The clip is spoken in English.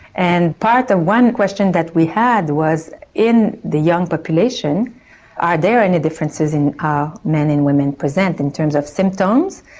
and part of one question that we had was in the young population are there any differences in how men and women present in terms of symptoms,